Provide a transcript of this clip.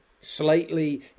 slightly